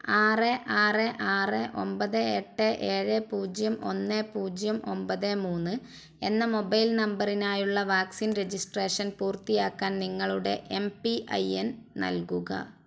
ആറ് ആറ് ആറ് ഒമ്പത് എട്ട് ഏഴ് പൂജ്യം ഒന്ന് പൂജ്യം ഒമ്പത് മൂന്ന് എന്ന മൊബൈൽ നമ്പറിനായുള്ള വാക്സിൻ രജിസ്ട്രേഷൻ പൂർത്തിയാക്കാൻ നിങ്ങളുടെ എം പി ഐ എന് നൽകുക